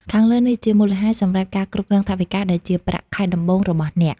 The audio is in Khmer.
ខាងលើនេះជាមូលហេតុសម្រាប់ការគ្រប់គ្រងថវិកា ដែលជាប្រាក់ខែដំបូងរបស់យើង។